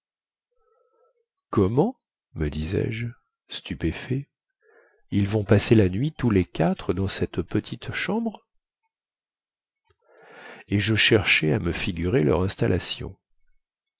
comment me disais-je stupéfait ils vont passer la nuit tous les quatre dans cette petite chambre et je cherchais à me figurer leur installation